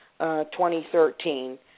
2013